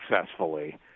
successfully